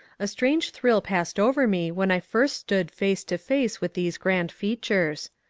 a strange thrill passed over me when i first stood face to face with these grand features.